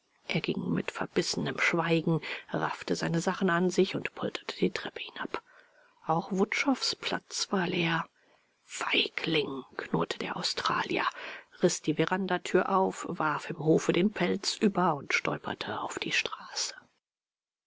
er ging mit verbissenem schweigen raffte seine sachen an sich und polterte die treppe hinab auch wutschows platz war leer feigling knirschte der australier riß die verandatür auf warf im hofe den pelz über und stolperte auf die straße